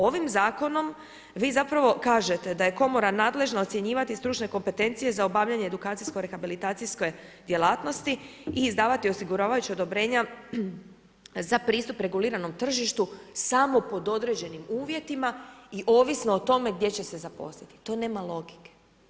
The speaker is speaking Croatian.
Ovim zakonom vi zapravo kažete da je komora nadležna ocjenjivati stručne kompetencije za obavljanje edukacijsko-rehabilitacijske djelatnosti i izdavati osiguravajuća odobrenja za pristup reguliranom tržištu samo pod određenim uvjetima i ovisno o tome gdje će se zaposliti, to nema logike.